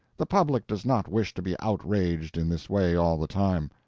the public does not wish to be outraged in this way all the time.